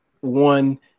one